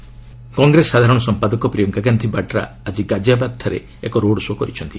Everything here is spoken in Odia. ପ୍ରିୟଙ୍କା ରୋଡ୍ ଶୋ' କଂଗ୍ରେସ ସାଧାରଣ ସମ୍ପାଦକ ପ୍ରିୟଙ୍କା ଗାନ୍ଧି ବାଡ୍ରା ଆଜି ଗାଜିଆବାଦ୍ରେ ଏକ ରୋଡ୍ ଶୋ' କରିଛନ୍ତି